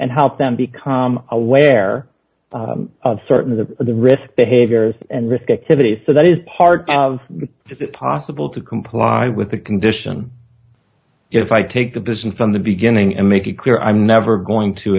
and help them become aware of certain of the risk behaviors and risk activities so that is part of is it possible to comply with the condition if i take the business from the beginning and make it clear i'm never going to